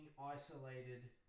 isolated